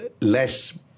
less